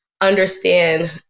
understand